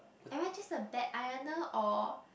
am I just a bad ironer or